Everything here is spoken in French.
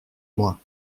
moi